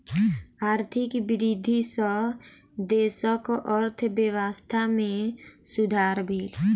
आर्थिक वृद्धि सॅ देशक अर्थव्यवस्था में सुधार भेल